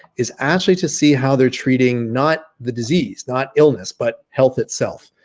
is actually to see how they're treating not the disease not illness, but health itself.